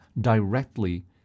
directly